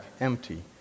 empty